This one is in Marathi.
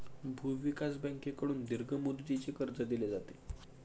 भूविकास बँकेकडून दीर्घ मुदतीचे कर्ज दिले जाते